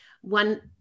one